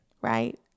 right